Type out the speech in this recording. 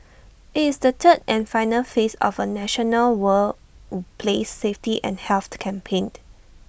IT is the third and final phase of A national work place safety and health campaign